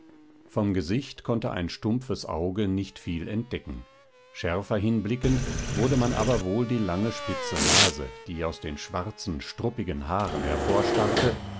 vom gesicht konnte ein stumpfes auge nicht viel entdecken schärfer hinblickend wurde man aber wohl die lange spitze nase die aus schwarzen struppigen haaren